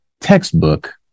textbook